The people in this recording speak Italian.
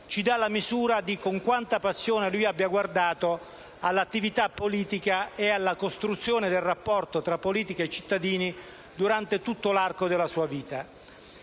ci dà la misura della passione con la quale egli ha guardato all'attività politica e alla costruzione del rapporto tra politica e cittadini durante tutto l'arco della sua vita.